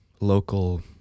local